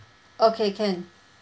okay can